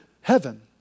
heaven